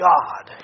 God